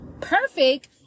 perfect